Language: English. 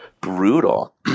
brutal